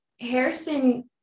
Harrison